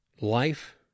life